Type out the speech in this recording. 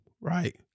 right